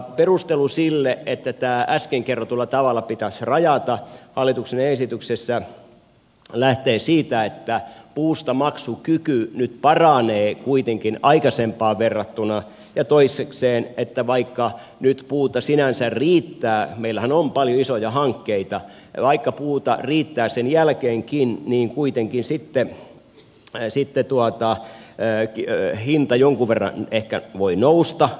perustelu sille että tämä äsken kerrotulla tavalla pitäisi rajata hallituksen esityksessä lähtee siitä että puustamaksukyky nyt paranee kuitenkin aikaisempaan verrattuna ja toisekseen että vaikka nyt puuta sinänsä riittää meillähän on paljon isoja hankkeita sen jälkeenkin niin kuitenkin hinta jonkun verran ehkä voi nousta